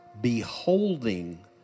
beholding